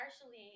Partially